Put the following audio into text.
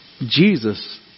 Jesus